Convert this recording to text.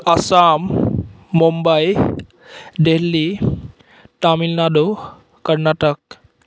Assam Mumbai Delhi Tamil Nadu Karnataka